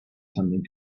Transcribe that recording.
something